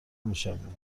میشویم